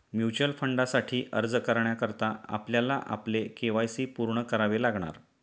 mutual फंडासाठी अर्ज करण्याकरता आपल्याला आपले के.वाय.सी पूर्ण करावे लागणार